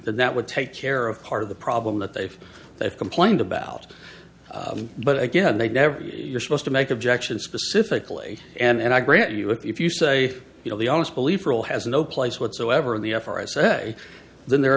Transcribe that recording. that that would take care of part of the problem that they've they've complained about but again they never you're supposed to make objections specifically and i grant you if you say you know the honest belief will has no place whatsoever in the f r i say the